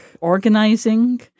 organizing